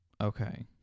Okay